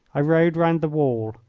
i rode round the wall.